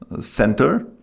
center